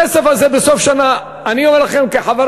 הכסף הזה בסוף שנה אני אומר לכם כחבר